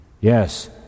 Yes